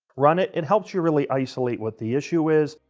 run it. it helps you really isolate what the issue is.